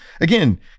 again